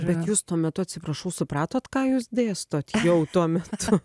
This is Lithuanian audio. bet jūs tuo metu atsiprašau supratot ką jūs dėstot jau tuo metu